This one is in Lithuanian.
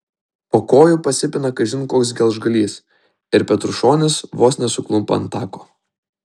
po kojų pasipina kažin koks geležgalys ir petrušonis vos nesuklumpa ant tako